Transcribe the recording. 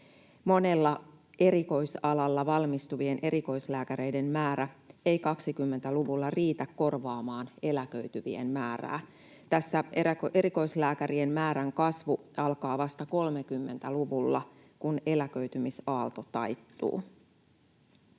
Monella erikoisalalla valmistuvien erikoislääkäreiden määrä ei 20-luvulla riitä korvaamaan eläköityvien määrää. Tässä erikoislääkärien määrän kasvu alkaa vasta 30-luvulla, kun eläköitymisaalto taittuu.